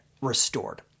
restored